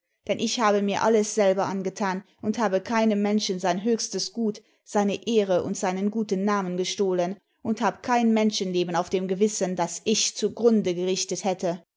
deim ich habe mir alles selber angetan und habe keinem menschen sein höchstes gut seine ehre und seinen guten namen gestohlen und hab kein menschenleben auf dem gewissen das ich zugrunde gerichtet hätte